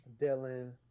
Dylan